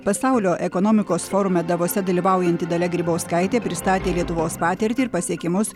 pasaulio ekonomikos forume davose dalyvaujanti dalia grybauskaitė pristatė lietuvos patirtį ir pasiekimus